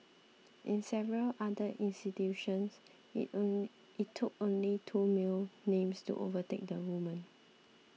in several other institutions it only took only two male names to overtake the women